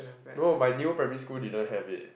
no my new primary school didn't have it